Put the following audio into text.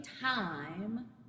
time